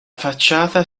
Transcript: facciata